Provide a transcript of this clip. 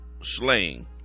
slaying